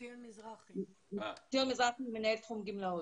ציון מזרחי הוא מנהל תחום גמלאות.